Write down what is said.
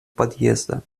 подъезда